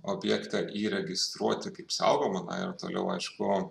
objektą įregistruoti kaip saugomą na ir toliau aišku